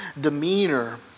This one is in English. demeanor